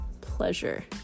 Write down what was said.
pleasure